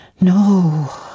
No